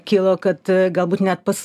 kilo kad galbūt net pats